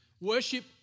Worship